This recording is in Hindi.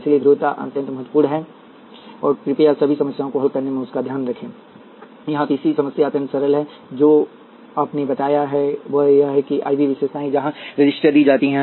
इसलिए ध्रुवताएं अत्यंत महत्वपूर्ण हैं और कृपया सभी समस्याओं को हल करने में उनका ध्यान रखें यहाँ तीसरी समस्या अत्यंत सरल है जो आपने बताया है वह यह है कि I V विशेषताएँ जहाँ रजिस्टर दी जाती हैं